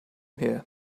here